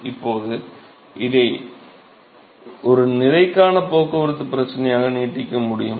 இப்போது இதை ஒரு நிறைக்கான போக்குவரத்து பிரச்சனையாக நீட்டிக்க முடியும்